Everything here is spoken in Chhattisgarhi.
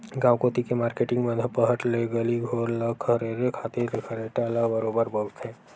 गांव कोती के मारकेटिंग मन ह पहट ले गली घोर ल खरेरे खातिर खरेटा ल बरोबर बउरथे